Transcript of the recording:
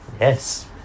Yes